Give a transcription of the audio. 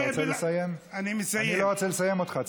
את המחויבות שלך לאמירת אמת כבר כל עם ישראל מכיר,